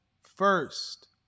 first